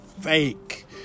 Fake